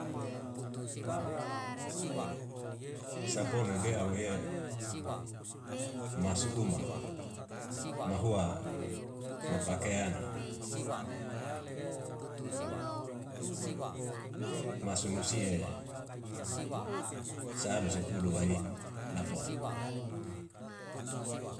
Sapono de awe masu uma mahua mapakeana. Masu nusie sa alu sepulu wai lapole.